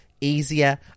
easier